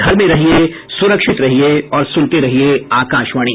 घर में रहिये सुरक्षित रहिये और सुनते रहिये आकाशवाणी